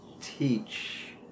teach